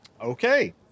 Okay